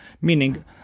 meaning